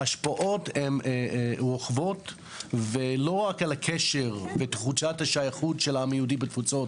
ההשפעות הן לא רק על תחושת השייכות של העם היהודי בתפוצות